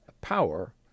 power